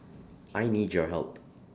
I need your help